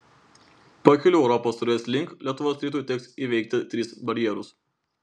pakeliui europos taurės link lietuvos rytui teks įveikti tris barjerus